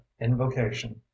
invocation